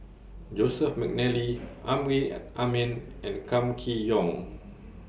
Joseph Mcnally Amrin Amin and Kam Kee Yong